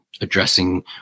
addressing